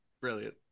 Brilliant